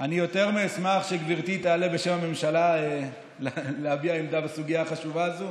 אני יותר מאשמח שגברתי תעלה בשם הממשלה להביע עמדה בסוגיה החשובה הזאת.